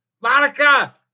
Monica